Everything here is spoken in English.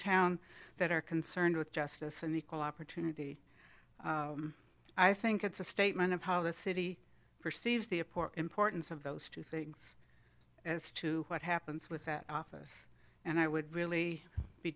town that are concerned with justice and equal opportunity i think it's a statement of how the city perceives the airport importance of those two things as to what happens with that office and i would